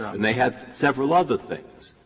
and they had several other things.